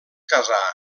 casà